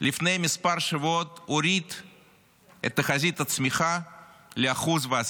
לפני כמה שבועות הוריד את תחזית הצמיחה ל-1.1%.